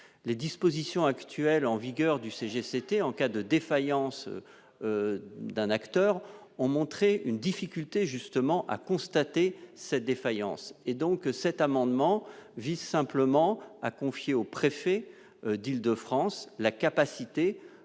les dispositions actuelles en vigueur du CG, c'était en cas de défaillance d'un acteur ont montré une difficulté justement a constaté cette défaillance et donc cet amendement vise simplement à confier au préfet d'Île-de-France, la capacité